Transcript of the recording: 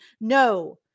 no